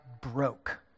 broke